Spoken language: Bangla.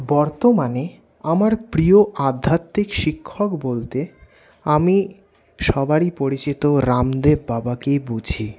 বর্তমানে আমার প্রিয় আধ্যত্মিক শিক্ষক বলতে আমি সবারই পরিচিত রামদেব বাবাকেই বুঝি